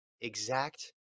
exact